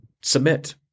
submit